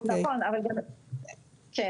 אנחנו,